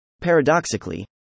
Paradoxically